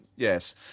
Yes